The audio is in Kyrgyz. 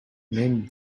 мен